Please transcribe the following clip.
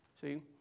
See